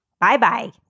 Bye-bye